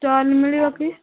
stall ମିଳିବ କି